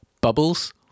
bubbles